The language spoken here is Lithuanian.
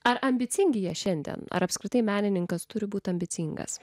ar ambicingi jie šiandien ar apskritai menininkas turi būti ambicingas